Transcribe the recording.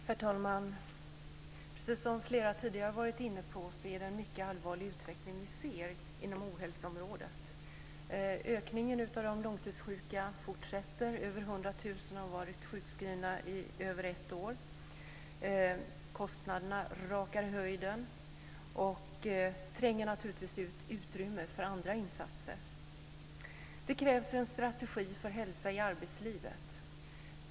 Herr talman! Precis som flera tidigare har varit inne på är det en mycket allvarlig utveckling vi ser inom ohälsoområdet. Ökningen av de långtidssjuka fortsätter. Över hundra tusen har varit sjukskrivna i över ett år. Kostnaderna rakar i höjden och tränger naturligtvis ut utrymme för andra insatser. Det krävs en strategi för hälsa i arbetslivet.